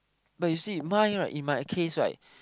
but you see mine right in my case right